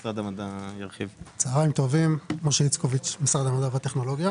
צוהריים טובים, אני ממשרד המדע והטכנולוגיה.